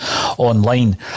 online